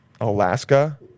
Alaska